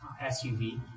SUV